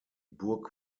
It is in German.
burg